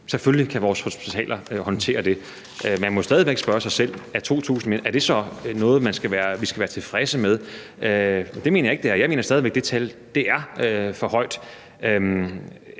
Selvfølgelig skal vores hospitaler håndtere det. Man må stadig væk spørge sig selv, om 2.000 så er noget, vi skal være tilfredse med. Det mener jeg ikke det er. Jeg mener stadig væk, det tal er for højt,